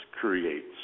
creates